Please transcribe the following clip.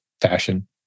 fashion